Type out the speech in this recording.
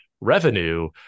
revenue